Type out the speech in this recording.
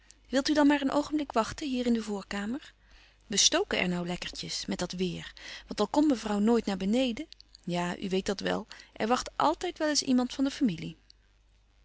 wil u dan maar een oogenblik wachten hier in de voorkamer we stoken er nou lekkertjes met dat weêr want al komt mevrouw nooit naar beneden ja u weet dat wel er wacht àltijd wel eens iemand van de familie